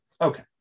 Okay